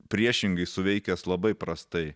priešingai suveikęs labai prastai